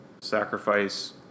sacrifice